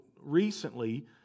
recently